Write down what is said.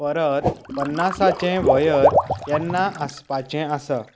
परत पन्नासाचे वयर केन्ना आसपाचे आसा